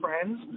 friends